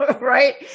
right